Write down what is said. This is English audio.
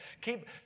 Keep